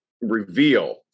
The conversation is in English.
reveal